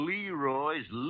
Leroy's